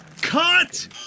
Cut